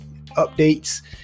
updates